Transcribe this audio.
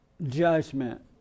Judgment